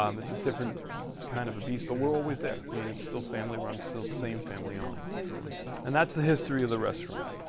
um it's a different kind of a beast but we're always there. i mean it's still family-run, still same family-owned and that's the history of the restaurant.